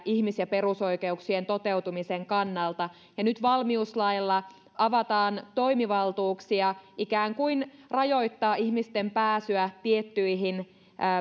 ihmis ja perusoikeuksien toteutumisen kannalta ja nyt valmiuslailla avataan toimivaltuuksia ikään kuin rajoittaa ihmisten pääsyä tiettyihin